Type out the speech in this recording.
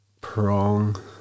prong